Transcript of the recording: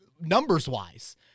numbers-wise